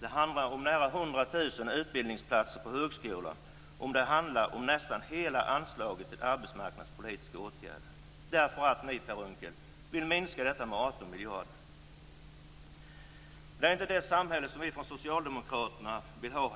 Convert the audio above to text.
det handlar om nära 100 000 utbildningsplatser på högskolan och det handlar om nästan hela anslaget till arbetsmarknadspolitiska åtgärder. Moderaterna vill minska detta med Det här är inte det samhälle som vi från Socialdemokraterna vill ha.